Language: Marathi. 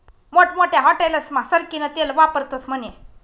मोठमोठ्या हाटेलस्मा सरकीनं तेल वापरतस म्हने